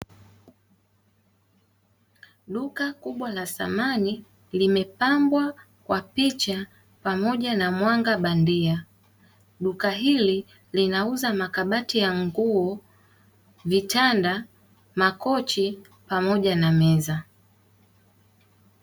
Duka kubwa la samani llimepambwa kwa picha pamoja na mwanga bandia. Duka hili linauza makabati ya nguo, vitanda, makochi pamoja na meza.